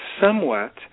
somewhat